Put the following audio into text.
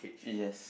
yes